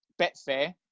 Betfair